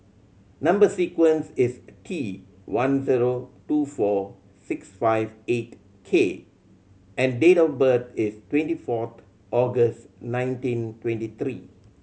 number sequence is T one zero two four six five eight K and date of birth is twenty fourth August nineteen twenty three